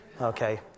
okay